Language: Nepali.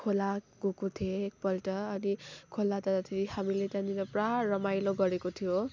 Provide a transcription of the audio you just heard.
खोला गएको थिएँ एकपल्ट अनि खोला जाँदा चाहिँ हामीले त्यहाँनिर पुरा रमाइलो गरेको थियो